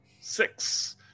Six